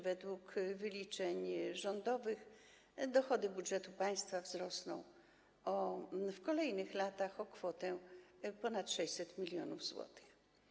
Według wyliczeń rządowych dochody budżetu państwa wzrosną w kolejnych latach o kwotę ponad 600 mln zł.